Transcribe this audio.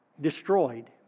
destroyed